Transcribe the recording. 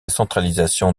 centralisation